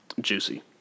Juicy